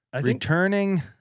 returning